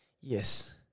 yes